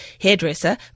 Hairdresser